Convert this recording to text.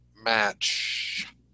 match